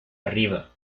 arriba